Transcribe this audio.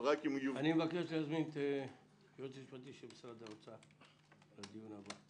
אני מבקש להזמין את היועץ המשפטי של משרד האוצר לדיון הבא.